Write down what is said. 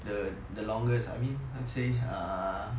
the the longest I mean how to say err